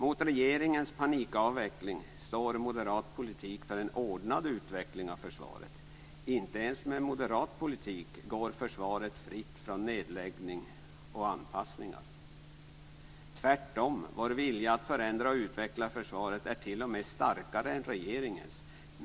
Mot regeringens panikavveckling står moderat politik för en ordnad utveckling av försvaret. Inte ens med moderat politik skulle försvaret gå fritt från nedläggning och anpassningar. Tvärtom är vår vilja att förändra och utveckla försvaret t.o.m. starkare än regeringens.